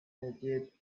edited